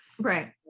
Right